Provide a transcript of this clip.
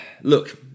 look